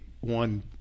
one